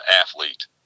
athlete